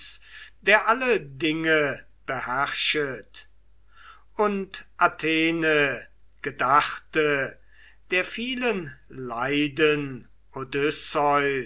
der alle dinge beherrschet und athene gedachte der vielen leiden